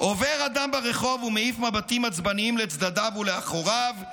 "עובר אדם ברחוב ומעיף מבטים עצבניים לצדדיו ולאחוריו,